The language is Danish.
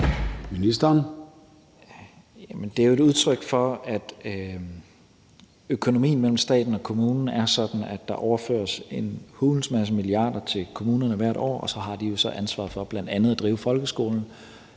Tesfaye): Det er et udtryk for, at økonomien mellem staten og kommunerne er sådan, at der overføres en hulens masse milliarder kroner til kommunerne hvert år, og så har de jo ansvaret for bl.a. at drive folkeskolen